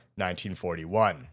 1941